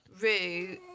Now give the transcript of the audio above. Rue